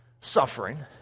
suffering